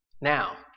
Now